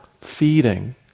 feeding